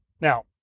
Now